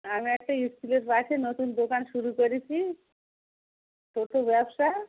আমি একটা স্কুলের পাশে নতুন দোকান শুরু করেছি ছোট ব্যবসা